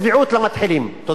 בבקשה.